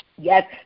Yes